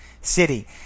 City